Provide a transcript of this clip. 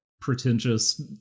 Pretentious